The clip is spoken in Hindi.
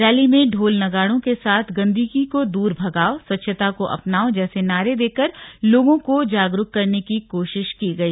रैली में ढोल नगाड़ों के साथ गन्दगी को दूर भगाओ स्वच्छता को अपनाओं जैसे नारे देकर लोगों को जागरूक करने की कोशिश की गई